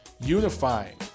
Unifying